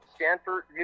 Stanford